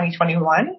2021